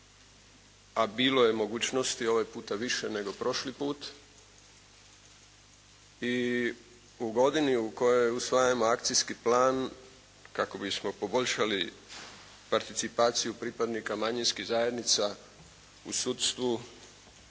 a bilo je mogućnosti ovaj puta više nego prošli put i u godini u kojoj usvajamo Akcijski plan kako bismo poboljšali participaciju pripadnika manjinskih zajednica u sudstvu,